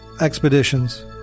expeditions